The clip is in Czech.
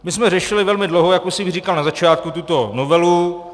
My jsme řešili velmi dlouho, jak už jsem říkal na začátku, tuto novelu.